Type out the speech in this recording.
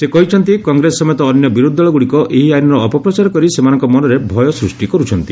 ସେ କହିଛନ୍ତି କଂଗ୍ରେସ ସମେତ ଅନ୍ୟ ବିରୋଧି ଦଳଗୁଡ଼ିକ ଏହି ଆଇନର ଅପପ୍ରଚାର କରି ସେମାନଙ୍କ ମନରେ ଭୟ ସୃଷ୍ଟି କରୁଛନ୍ତି